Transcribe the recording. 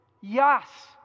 Yes